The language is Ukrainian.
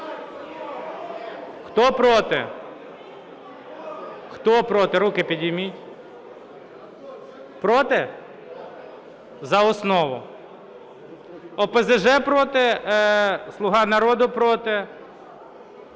Хто – проти? Хто – проти, руки підніміть. Проти – за основу. ОПЗЖ – проти, "Слуга народу" – проти.